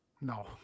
No